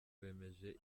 bemeje